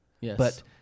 Yes